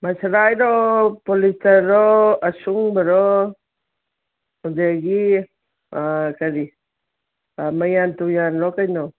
ꯃꯁꯥꯂꯥꯏꯔꯣ ꯄꯣꯂꯤꯁꯇꯔꯔꯣ ꯑꯁꯨꯡꯕꯔꯣ ꯑꯗꯒꯤ ꯀꯔꯤ ꯃꯌꯥꯟ ꯇꯨꯌꯥꯟꯂꯣ ꯀꯩꯅꯣ